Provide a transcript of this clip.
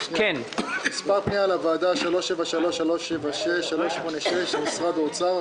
מספר פנייה לוועדה 373-376, 386, של משרד האוצר.